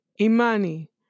Imani